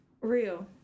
real